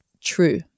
true